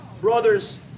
brothers